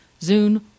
Zune